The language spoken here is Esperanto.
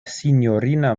sinjorina